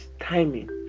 timing